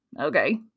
okay